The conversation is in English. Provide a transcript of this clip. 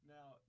Now